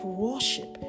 worship